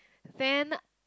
then